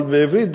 אבל בעברית,